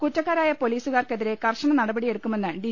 കുറ്റക്കാരായ പോലീസുകാർക്കെതിരെ കർശന നടപടിയെടുക്കുമെന്ന് ഡി